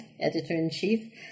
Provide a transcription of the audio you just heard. Editor-in-Chief